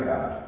God